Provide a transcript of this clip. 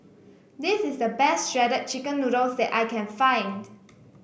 this is the best Shredded Chicken Noodles that I can find